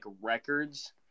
records